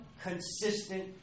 consistent